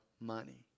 money